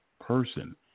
person